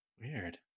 Weird